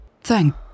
Thank